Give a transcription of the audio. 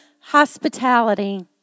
hospitality